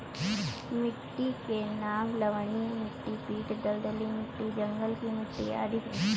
मिट्टी के नाम लवणीय मिट्टी, पीट दलदली मिट्टी, जंगल की मिट्टी आदि है